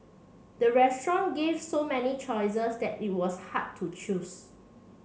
the restaurant gave so many choices that it was hard to choose